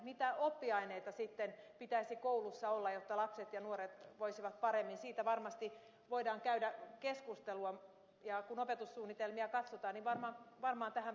mitä oppiaineita sitten pitäisi koulussa olla jotta lapset ja nuoret voisivat paremmin siitä varmasti voidaan käydä keskustelua ja kun opetussuunnitelmia katsotaan niin varmaan tähän palataan